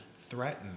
threaten